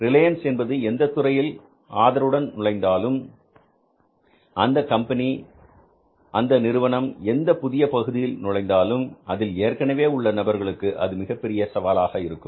Reliance என்பது எந்தத் துறையில் ஆதரவுடன் நுழைந்தாலும் அந்த கம்பெனி அந்த நிறுவனம் எந்த புதிய பகுதியில் நுழைந்தாலும் அதில் ஏற்கனவே உள்ள நபர்களுக்கு அது மிகப்பெரிய சவாலாக இருக்கும்